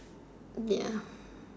ya